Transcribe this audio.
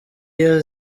iyo